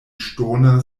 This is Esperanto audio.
ŝtona